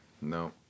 No